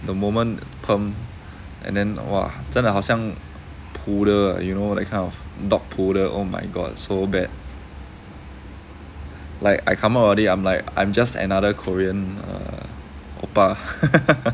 the moment perm and then !wah! 真的好像 poodle ah you know that kind of dog poodle oh my god so bad like I come out already I'm like I'm just another korean err oppa